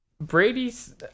brady's